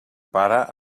pare